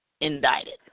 indicted